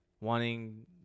Wanting